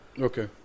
Okay